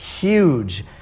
huge